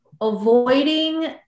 avoiding